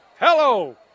Hello